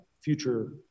future